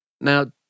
now